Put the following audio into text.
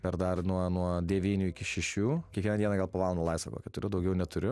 ir dar nuo nuo devynių iki šešių kiekvieną dieną gal po valandą laisva kokią turiu daugiau neturiu